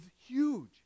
huge